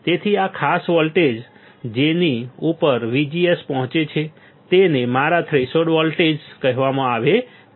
તેથી આ ખાસ વોલ્ટેજ જેની ઉપર VGS પહોંચે છે તેને તમારા થ્રેશોલ્ડ વોલ્ટેજ કહેવામાં આવે છે